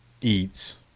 Eats